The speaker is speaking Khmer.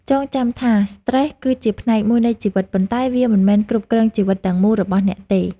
ចងចាំថា "ស្ត្រេស" គឺជាផ្នែកមួយនៃជីវិត ប៉ុន្តែវាមិនមែនគ្រប់គ្រងជីវិតទាំងមូលរបស់អ្នកទេ។